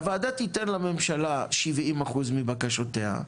והוועדה תתן לממשלה 70 אחוז מבקשותיה,